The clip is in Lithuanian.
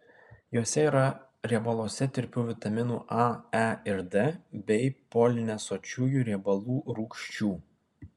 juose yra riebaluose tirpių vitaminų a e ir d bei polinesočiųjų riebalų rūgščių